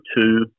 two